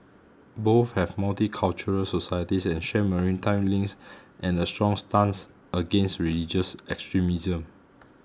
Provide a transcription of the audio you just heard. both have multicultural societies and share maritime links and a strong stance against religious extremism